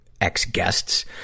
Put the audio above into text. ex-guests